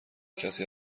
کسی